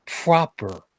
proper